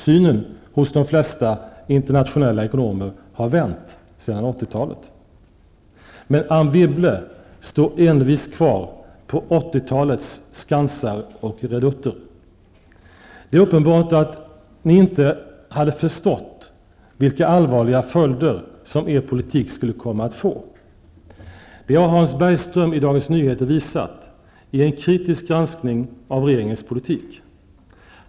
Synen hos de flesta internationella ekonomer har vänt sedan 80-talet. Men Anne Wibble står envist kvar på 80-talets skansar och redutter. Det är uppenbart att ni inte hade förstått vilka allvarliga följder som er politik skulle komma att få. Det har Hans Bergström i Dagens Nyheter visat i en kritisk granskning av regeringens politik.